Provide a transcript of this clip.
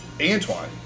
Antoine